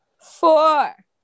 four